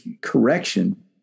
correction